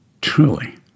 Truly